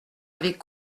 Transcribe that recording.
avaient